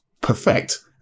perfect